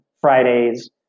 Fridays